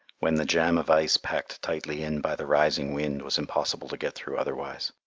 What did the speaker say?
when the jam of ice packed tightly in by the rising wind was impossible to get through otherwise.